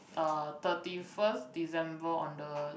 uh thirty first December on the